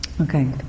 Okay